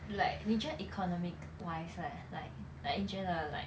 like 你觉得 economic wise right like like 你觉得 like